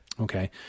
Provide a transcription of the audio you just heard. Okay